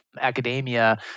academia